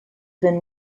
been